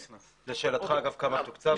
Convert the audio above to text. לשאלתך, הוקצבו